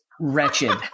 wretched